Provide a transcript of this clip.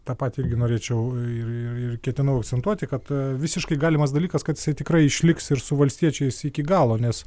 tą patį irgi norėčiau ir ir ir ketinau akcentuoti kad visiškai galimas dalykas kad jisai tikrai išliks ir su valstiečiais iki galo nes